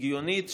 הגיונית,